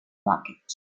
bucket